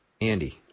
Andy